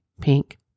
pink